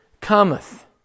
cometh